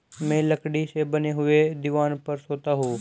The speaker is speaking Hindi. मैं लकड़ी से बने हुए दीवान पर सोता हूं